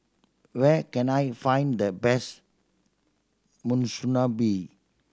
where can I find the best Monsunabe